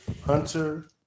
Hunter